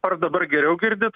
ar dabar geriau girdit